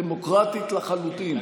דמוקרטית לחלוטין,